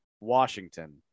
Washington